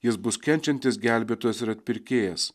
jis bus kenčiantis gelbėtojas ir atpirkėjas